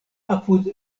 apud